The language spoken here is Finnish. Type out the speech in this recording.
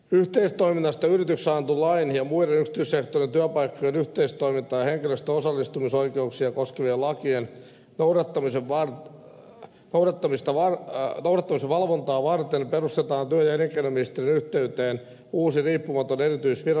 yhteistoiminnasta yrityksissä annetun lain ja muiden yksityissektoreiden työpaikkojen yhteistoimintaa ja henkilöstön osallistumisoikeuksia koskevien lakien noudattamisen valvontaa varten perustetaan työ ja elinkeinoministeriön yhteyteen uusi riippumaton erityisviranomainen yhteistoiminta asiamies